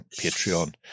patreon